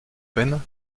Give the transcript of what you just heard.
peine